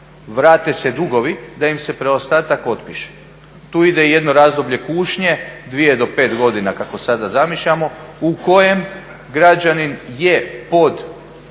vrate se dugovi, da im se preostatak otpiše. Tu ide i jedno razdoblje kušnje dvije do pet godina kako sada zamišljamo u kojem građanin je pod